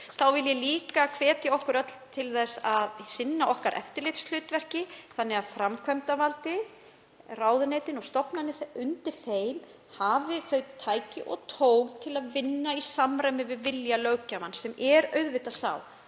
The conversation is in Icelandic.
vil ég líka hvetja okkur öll til þess að sinna eftirlitshlutverki okkar þannig að framkvæmdarvaldið, ráðuneytin og stofnanir undir þeim, hafi tæki og tól til að vinna í samræmi við vilja löggjafans, sem er auðvitað sá